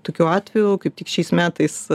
tokiu atveju kaip tik šiais metais